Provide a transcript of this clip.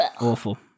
Awful